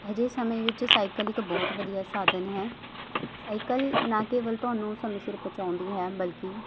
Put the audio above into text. ਅਜਿਹੇ ਸਮੇਂ ਵਿੱਚ ਸਾਈਕਲ ਇੱਕ ਬਹੁਤ ਵਧੀਆ ਸਾਧਨ ਹੈ ਸਾਈਕਲ ਨਾ ਕੇਵਲ ਤੁਹਾਨੂੰ ਸਮੇਂ ਸਿਰ ਪਹੁੰਚਾਉਂਦੀ ਹੈ ਬਲਕਿ